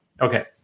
Okay